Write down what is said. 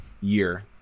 year